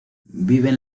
viven